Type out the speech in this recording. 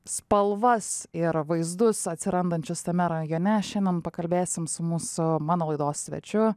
spalvas ir vaizdus atsirandančius tame rajone šiandien pakalbėsim su mūsų mano laidos svečiu